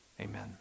Amen